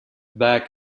back